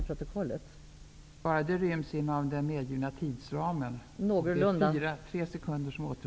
Det går bra, om det ryms inom den medgivna tidsramen. Det återstår dock bara tre sekunder av den.